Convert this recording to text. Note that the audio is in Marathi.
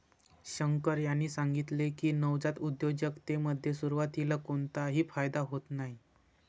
शंकर यांनी सांगितले की, नवजात उद्योजकतेमध्ये सुरुवातीला कोणताही फायदा होत नाही